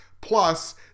Plus